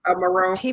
maroon